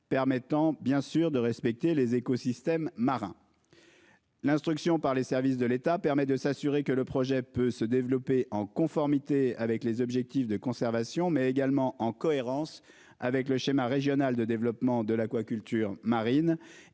permettant bien sûr de respecter les écosystèmes marins. L'instruction par les services de l'État permet de s'assurer que le projet peut se développer en conformité avec les objectifs de conservation mais également en cohérence avec le schéma régional de développement de l'aquaculture marine